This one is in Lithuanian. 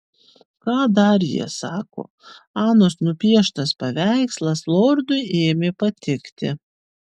ką dar jie sako anos nupieštas paveikslas lordui ėmė patikti